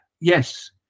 Yes